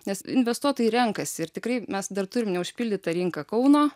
nes investuotojai renkasi ir tikrai mes dar turim neužpildytą rinką kauno